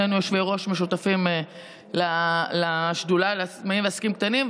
שנינו יושבי-ראש משותפים של השדולה לעצמאים ועסקים קטנים,